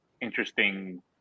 interesting